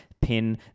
pin